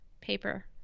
Paper